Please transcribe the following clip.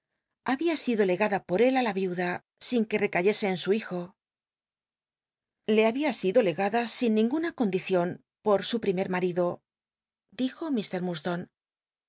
babia sido legada pol él ü la yiuda sin que recayese en su hijo le habia sido legada sin ninguna condicion pol su primer marido dijo